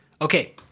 Okay